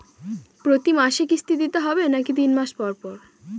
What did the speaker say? প্রতিমাসে কিস্তি দিতে হবে নাকি তিন মাস পর পর?